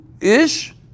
ish